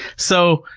so,